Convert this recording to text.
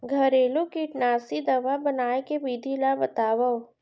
घरेलू कीटनाशी दवा बनाए के विधि ला बतावव?